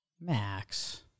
Max